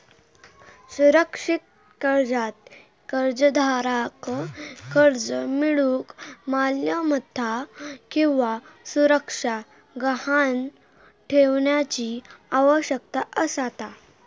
सुरक्षित कर्जात कर्जदाराक कर्ज मिळूक मालमत्ता किंवा सुरक्षा गहाण ठेवण्याची आवश्यकता असता